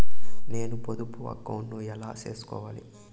నేను పొదుపు అకౌంటు ను ఎలా సేసుకోవాలి?